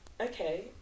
okay